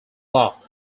law